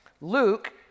Luke